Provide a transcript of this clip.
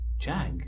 Jack